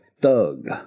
thug